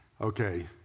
Okay